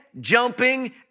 jumping